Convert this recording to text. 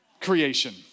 creation